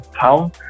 town